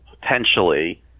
potentially